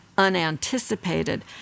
unanticipated